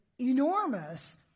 enormous